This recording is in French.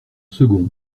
second